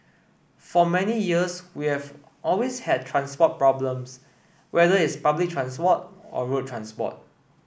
for many years we have always had transport problems whether it's public transport or road transport